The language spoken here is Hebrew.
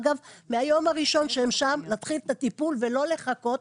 אגב מהיום הראשון שהם שם להתחיל את הטיפול ולא לחכות,